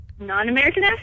Non-American